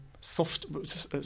soft